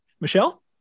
Michelle